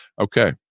okay